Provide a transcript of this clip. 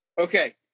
Okay